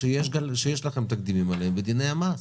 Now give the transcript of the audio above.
שיש לכם תקדימים לגביהן בדיני המס,